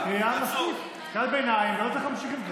קריאת ביניים, לא צריך להמשיך עם זה.